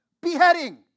beheading